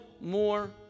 more